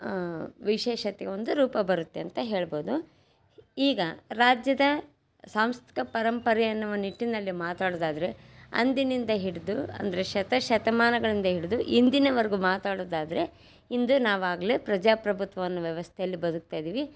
ವಿಶೇಷತೆಗೆ ಒಂದು ರೂಪ ಬರುತ್ತೆ ಅಂತ ಹೇಳ್ಬೋದು ಈಗ ರಾಜ್ಯದ ಸಾಂಸ್ಕೃತಿಕ ಪರಂಪರೆ ಅನ್ನುವ ನಿಟ್ಟಿನಲ್ಲಿ ಮಾತಾಡೋದಾದರೆ ಅಂದಿನಿಂದ ಹಿಡಿದು ಅಂದರೆ ಶತ ಶತಮಾನಗಳಿಂದ ಹಿಡಿದು ಇಂದಿನವರೆಗೂ ಮಾತಾಡೋದಾದರೆ ಇಂದು ನಾವಾಗಲೇ ಪ್ರಜಾಪ್ರಭುತ್ವ ಅನ್ನೋ ವ್ಯವಸ್ಥೆಯಲ್ಲಿ ಬದುಕ್ತಾ ಇದ್ದೀವಿ